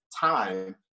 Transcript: time